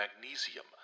magnesium